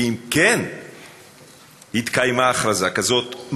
ואם כן התקיימה הכרזה כזאת,